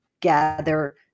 gather